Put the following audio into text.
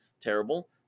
terrible